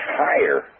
higher